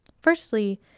Firstly